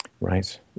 Right